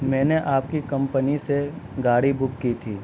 میں نے آپ کی کمپنی سے گاڑی بک کی تھی